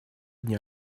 дня